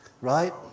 right